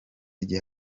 igihe